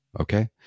okay